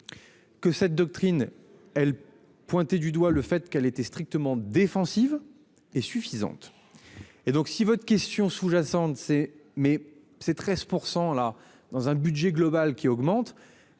Que cette doctrine elle pointé du doigt le fait qu'elle était strictement défensive et suffisante. Et donc si votre question sous-jacente c'est mais c'est 13% là dans un budget global qui augmente.